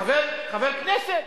חבר כנסת.